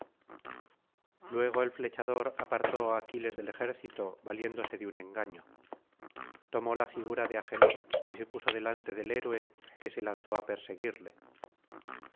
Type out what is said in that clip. luego el flechador apartó á aquiles del ejército valiéndose de un engaño tomó la figura de agenor y se puso delante del héroe que se lanzó á perseguirle